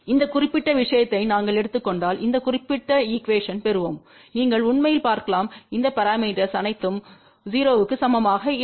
இந்த குறிப்பிட்ட விஷயத்தை நாங்கள் எடுத்துக் கொண்டால் இந்த குறிப்பிட்ட ஈக்யூவேஷன் பெறுவோம் நீங்கள் உண்மையில் பார்க்கலாம் இந்த பரமீட்டர்ஸ் அனைத்தும் 0 க்கு சமமாக இல்லை